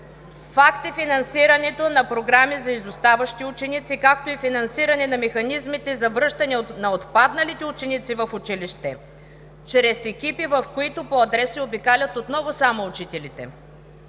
Факт е финансирането на програми за изоставащи ученици, както и финансиране на механизмите за връщане на отпадналите ученици в училище чрез екипи, в които по адреси обикалят отново само учителите.